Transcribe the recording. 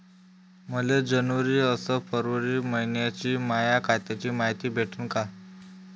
मले जनवरी अस फरवरी मइन्याची माया खात्याची मायती भेटन का?